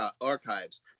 archives